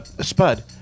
Spud